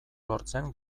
lortzen